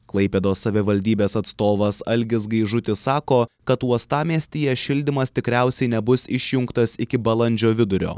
klaipėdos savivaldybės atstovas algis gaižutis sako kad uostamiestyje šildymas tikriausiai nebus išjungtas iki balandžio vidurio